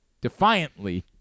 defiantly